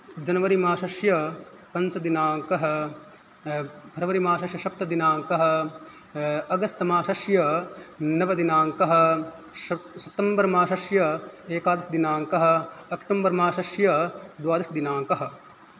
जन्वरी मासस्य पञ्चदिनाङ्कः फ़र्वरी मासस्य सप्तदिनाङ्कः अगस्त् मासस्य नवदिनाङ्कः सितम्बर् मासस्य एकादशदिनाङ्कः अक्ट्म्बर् मासस्य द्वादशदिनाङ्कः